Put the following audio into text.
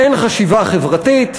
אין חשיבה חברתית,